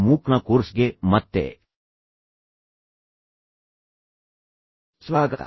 ಮೂಕ್ನ ಕೋರ್ಸ್ಗೆ ಮತ್ತೆ ಸ್ವಾಗತ